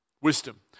Wisdom